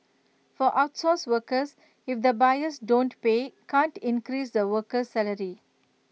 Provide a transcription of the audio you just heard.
for outsourced workers if the buyers don't pay can't increase the worker's salary